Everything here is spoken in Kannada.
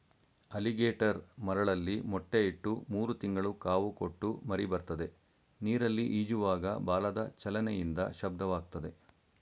ಅಲಿಗೇಟರ್ ಮರಳಲ್ಲಿ ಮೊಟ್ಟೆ ಇಟ್ಟು ಮೂರು ತಿಂಗಳು ಕಾವು ಕೊಟ್ಟು ಮರಿಬರ್ತದೆ ನೀರಲ್ಲಿ ಈಜುವಾಗ ಬಾಲದ ಚಲನೆಯಿಂದ ಶಬ್ದವಾಗ್ತದೆ